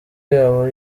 yabo